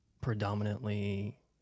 predominantly